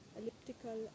elliptical